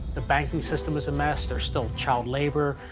the banking system was a mess. there's still child labor.